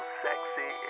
sexy